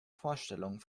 vorstellung